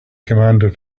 commander